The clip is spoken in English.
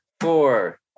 four